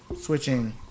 switching